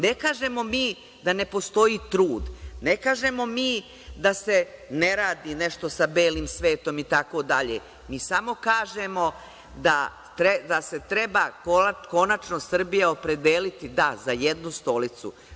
Ne kažemo da ne postoji trud, ne kažemo da se ne radi nešto sa belim svetom itd. mi samo kažemo da se treba konačno Srbija opredeliti, da, za jednu stolicu.